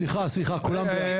סליחה, כולם בעד.